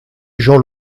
jean